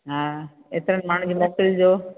हा हेतिरनि माण्हुनि जी मोकिलिजो